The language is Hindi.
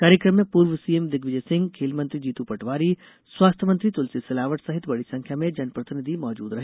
कार्यक्रम में पूर्व सीएम दिग्विजय सिंह खेल मंत्री जीतू पटवारी स्वास्थ्य मंत्री तुलसी सिलावट सहित बड़ी संख्या में जनप्रतिनिधि मौजूद रहे